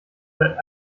seit